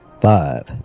Five